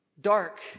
dark